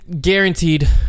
guaranteed